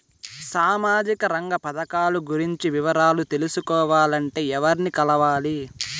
సామాజిక రంగ పథకాలు గురించి వివరాలు తెలుసుకోవాలంటే ఎవర్ని కలవాలి?